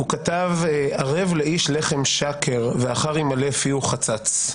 הוא כתב: ערב לאיש לחם שקר, ואחרי יימלא פיהו חצץ.